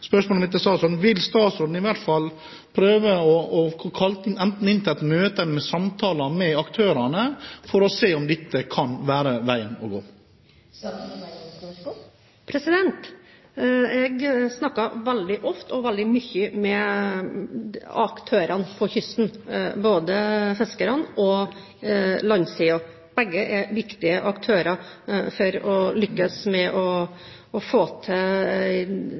Spørsmålet mitt til statsråden er: Vil statsråden i hvert fall prøve å få kalt inn til et møte for samtaler med aktørene for å se om dette kan være veien å gå? Jeg snakker veldig ofte og veldig mye med aktørene på kysten, både fiskerne og landsiden. Begge er viktige aktører for at vi skal lykkes med å få til